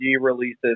releases